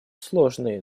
сложный